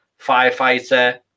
firefighter